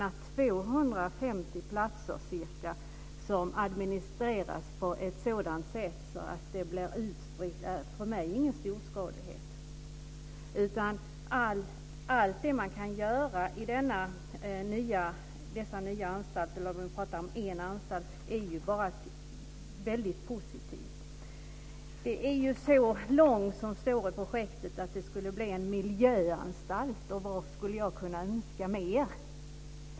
Ca 250 platser som administreras på ett sådant sätt att det blir utspritt anser inte jag vara någon storskalighet. Allt man kan göra i denna nya anstalt är ju väldigt positivt. Det går t.o.m. så långt i projektet att det står att skulle bli en miljöanstalt. Vad skulle jag kunna önska mer?